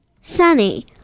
sunny